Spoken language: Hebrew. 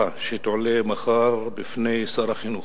שיועלה מחר בשאילתא דחופה לפני שר החינוך,